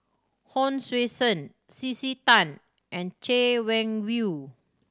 Hon Sui Sen C C Tan and Chay Weng Yew